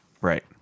right